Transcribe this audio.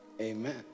Amen